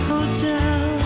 Hotel